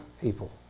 people